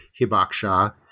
Hibaksha